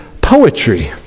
poetry